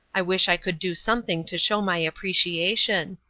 i wish i could do something to show my appreciation.